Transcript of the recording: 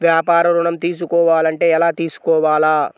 వ్యాపార ఋణం తీసుకోవాలంటే ఎలా తీసుకోవాలా?